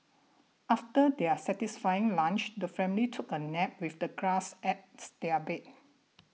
after their satisfying lunch the family took a nap with the grass as their bed